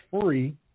free